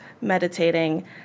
meditating